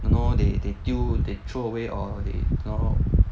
!hannor! they they 丢 they throw away or they don't know